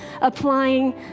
applying